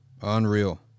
Unreal